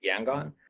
Yangon